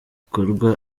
gikorwa